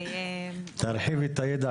בשנה הזאת נרשמו 23,247 סירובי כניסה של זרים לישראל